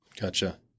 Gotcha